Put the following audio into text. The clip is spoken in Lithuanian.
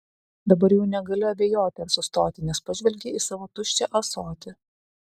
dabar jau negali abejoti ar sustoti nes pažvelgei į savo tuščią ąsotį